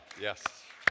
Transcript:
Yes